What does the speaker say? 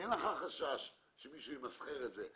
אין לך חשש שמישהו ימסחר את זה.